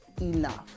enough